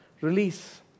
release